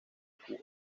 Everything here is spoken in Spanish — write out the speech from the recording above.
cuba